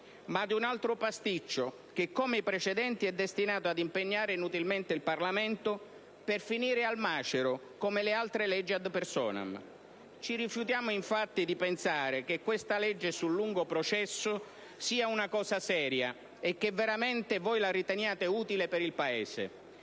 ma di un altro pasticcio, che come i precedenti è destinato ad impegnare inutilmente il Parlamento per finire al macero, come le altre leggi *ad personam*. Ci rifiutiamo infatti di pensare che questa legge sul "processo lungo" sia una cosa seria e che veramente voi la riteniate utile per il Paese.